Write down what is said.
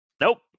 Nope